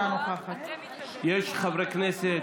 אינה נוכחת יש חברי כנסת